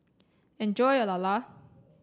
enjoy your Lala